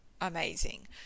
amazing